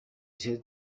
said